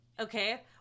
Okay